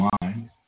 mind